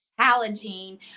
Challenging